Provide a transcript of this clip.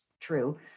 true